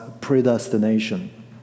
predestination